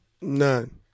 None